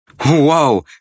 Whoa